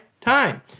time